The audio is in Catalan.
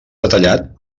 detallat